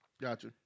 Gotcha